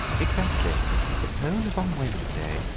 exactly the poll is on wednesday,